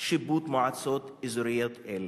שיפוט מועצות אזוריות אלה.